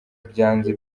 byanze